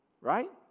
Right